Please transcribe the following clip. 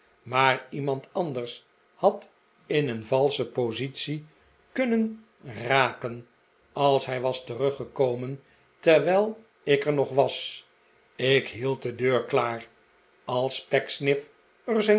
maar iemand anders had in een valsche positie kunnen raken als hij was teruggekomen terwijl ik er nog was ik hield de deur klaar als